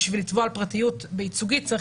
בשביל לתבוע על פרטיות בייצוגית צריך